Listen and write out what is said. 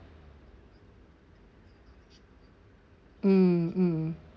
mm mm